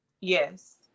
yes